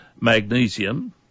magnesium